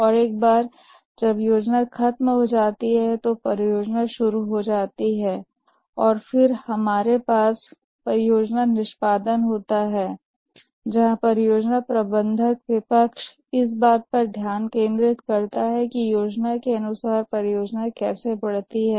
और एक बार जब योजना खत्म हो जाती है तो परियोजना शुरू हो जाती है और फिर हमारे पास परियोजना निष्पादन होता है जहां परियोजना प्रबंधक विपक्ष इस बात पर ध्यान केंद्रित करता है कि योजना के अनुसार परियोजना कैसे आगे बढ़ती है